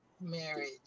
marriage